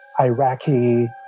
iraqi